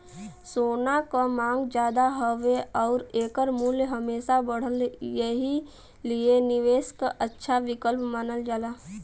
सोना क मांग जादा हउवे आउर एकर मूल्य हमेशा बढ़ला एही लिए निवेश क अच्छा विकल्प मानल जाला